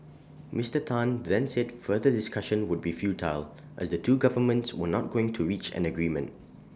Mister Tan then said further discussion would be futile as the two governments were not going to reach an agreement